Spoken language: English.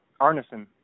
Arneson